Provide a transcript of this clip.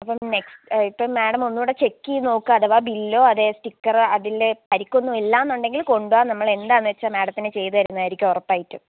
അപ്പോൾ നെക്സ്റ്റ് ഇപ്പം മാഡം ഒന്നുടെ ചെക്ക് ചെയ്ത് നോക്കുവ അഥവാ അതോ സ്റ്റിക്കറൊ അതിൽ പരിക്കൊന്നും ഇല്ലാന്നുണ്ടെങ്കിൽ കൊണ്ടുവാ നമ്മളെന്താന്നു വെച്ചുകഴിഞ്ഞാൽ മാഡത്തിന് ചെയ്തു തരുന്നതായിരിക്കും ഉറപ്പായിട്ടും